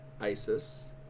ISIS